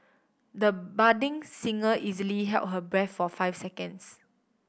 the budding singer easily held her breath for five seconds